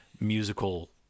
musical